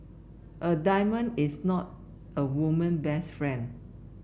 a diamond is not a woman best friend